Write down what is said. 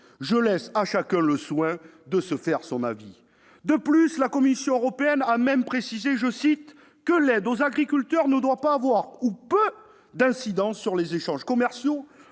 Je laisse à chacun le soin de se faire son avis. De plus, la Commission européenne a même précisé que « l'aide aux agriculteurs ne doit pas avoir ou peu d'incidences sur les échanges commerciaux